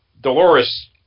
Dolores